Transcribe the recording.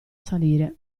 salire